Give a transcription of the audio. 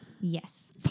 Yes